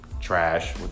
trash